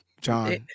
John